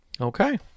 Okay